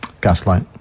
Gaslight